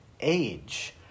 age